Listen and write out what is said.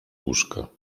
łóżka